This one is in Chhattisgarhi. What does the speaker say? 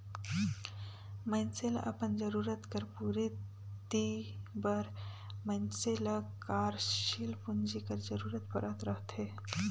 मइनसे ल अपन जरूरत कर पूरति बर मइनसे ल कारसील पूंजी कर जरूरत परत रहथे